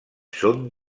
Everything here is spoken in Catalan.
són